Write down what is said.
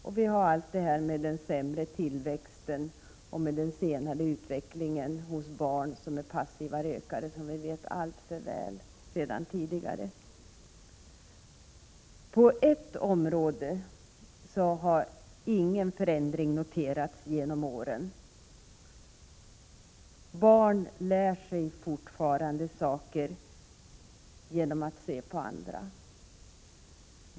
Vi har dessutom allt detta med den sämre tillväxten och den senare utvecklingen hos barn som är passiva rökare. Detta vet vi alltför väl sedan tidigare. På ett område har ingen förändring noterats genom åren. Barn lär sig fortfarande saker genom att se på andra.